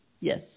Yes